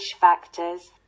factors